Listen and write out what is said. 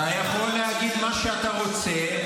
אתה יכול להגיד מה שאתה רוצה,